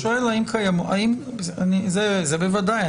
בוודאי.